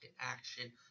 action